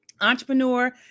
entrepreneur